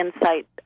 insight